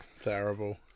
terrible